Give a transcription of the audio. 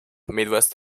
midwest